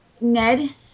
Ned